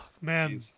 man